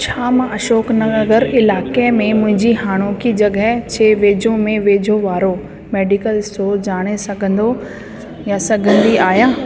छा मां अशोक नगर इलाके में मुंहिंजी हाणोकि जॻह जे वेझो में वेझो वारो मेडिकल स्टोर जाणे सघंदो या सघंदी आहियां